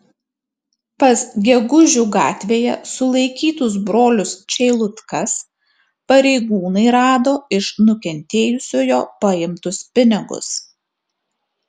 pas gegužių gatvėje sulaikytus brolius čeilutkas pareigūnai rado iš nukentėjusiojo paimtus pinigus